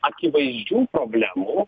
akivaizdžių problemų